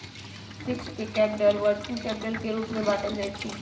fixed capital, working capital के रूप में बाटल जाइ छइ